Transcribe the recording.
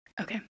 okay